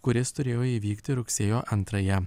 kuris turėjo įvykti rugsėjo antrąją